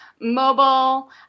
mobile